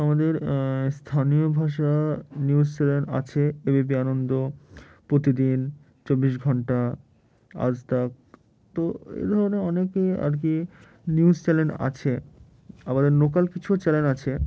আমাদের স্থানীয় ভাষা নিউজ চ্যানেল আছে এবিপি আনন্দ প্রতিদিন চব্বিশ ঘণ্টা আজতাক তো এই ধরনের অনেকেই আর কি নিউজ চ্যানেল আছে আমাদের লোকাল কিছু চ্যানেল আছে